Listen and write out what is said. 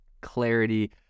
clarity